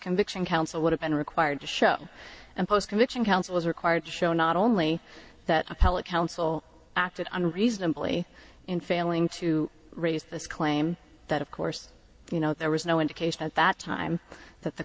conviction counsel would have been required to show and post conviction counsel is required to show not only that appellate counsel acted on reasonably in failing to raise this claim that of course you know there was no indication at that time that the